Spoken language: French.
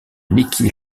nikki